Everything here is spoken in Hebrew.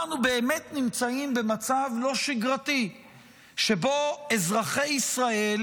אנחנו באמת נמצאים במצב לא שגרתי שבו אזרחי ישראל